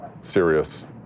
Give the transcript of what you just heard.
serious